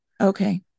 Okay